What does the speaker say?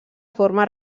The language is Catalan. forma